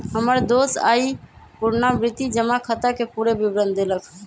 हमर दोस आइ पुरनावृति जमा खताके पूरे विवरण देलक